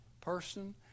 person